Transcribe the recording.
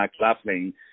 McLaughlin